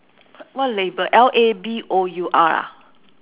what labour L A B O U R ah